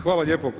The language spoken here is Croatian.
Hvala lijepo.